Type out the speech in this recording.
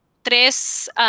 tres